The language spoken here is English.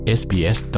sbs